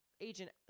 agent